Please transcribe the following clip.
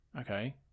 Okay